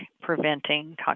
preventing